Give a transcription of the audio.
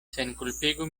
senkulpigu